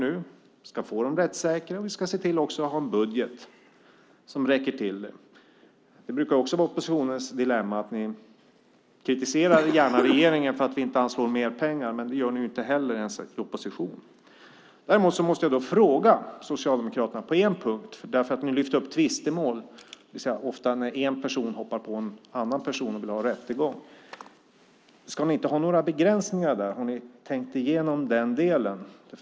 Vi ska få dem rättssäkra, och vi ska också se till att det finns en budget som räcker till detta. Oppositionen kritiserar gärna regeringen för att den inte anslår mer pengar, men det gör ni inte heller själva ens i opposition. Jag måste fråga Socialdemokraterna om en punkt. Ni lyfter upp tvistemål, det vill säga när en person hoppar på en annan person och vill ha en rättegång. Ska ni inte ha några begränsningar där? Har ni tänkt igenom den delen?